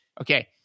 okay